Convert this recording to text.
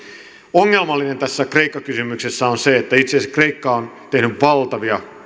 ongelmallista tässä kreikka kysymyksessä on se että itse asiassa kreikka on tehnyt